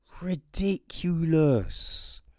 ridiculous